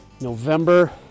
November